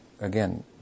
again